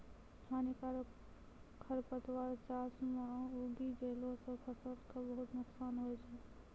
हानिकारक खरपतवार चास मॅ उगी गेला सा फसल कॅ बहुत नुकसान होय छै